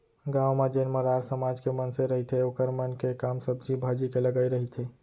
गाँव म जेन मरार समाज के मनसे रहिथे ओखर मन के काम सब्जी भाजी के लगई रहिथे